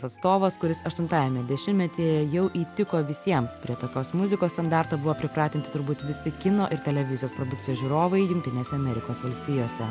atstovas kuris aštuntajame dešimtmetyje jau įtiko visiems prie tokios muzikos standarto buvo pripratinti turbūt visi kino ir televizijos produkcijos žiūrovai jungtinėse amerikos valstijose